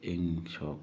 ꯏꯪ ꯁꯣꯛ